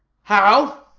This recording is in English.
how?